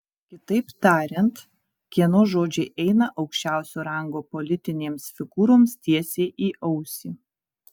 kitaip tariant kieno žodžiai eina aukščiausio rango politinėms figūroms tiesiai į ausį